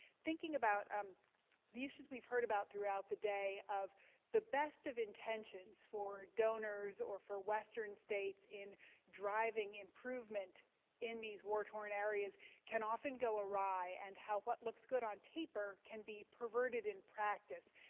thinking about um the issues we've heard about throughout the day of the best of intentions for donors or for western states in driving improvement in these war torn areas can often go awry and how what looks good on paper can be perverted in practice.